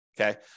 Okay